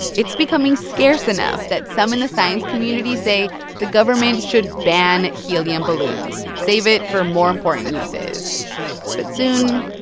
it's becoming scarce enough that some in the science community say the government should ban helium balloons, save it for more important uses but soon,